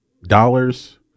Dollars